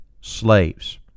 slaves